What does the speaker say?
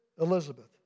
Elizabeth